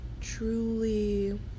truly